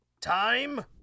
Time